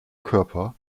körper